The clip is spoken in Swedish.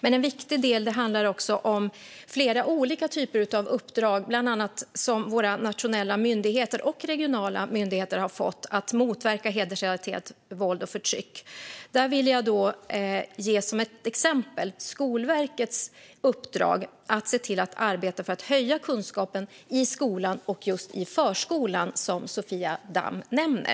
En viktig del handlar också om flera olika typer av uppdrag som bland annat våra nationella och regionala myndigheter har fått att motverka hedersrelaterat våld och förtryck. Där vill jag ge som ett exempel Skolverkets uppdrag att se till att arbeta för att höja kunskapen i skolan och just i förskolan, som Sofia Damm nämner.